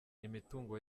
imitungo